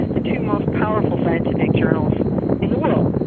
the two most powerful scientific journals in the world.